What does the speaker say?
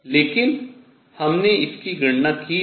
लेकिन हमने इसकी गणना की है